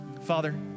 Father